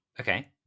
Okay